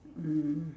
mm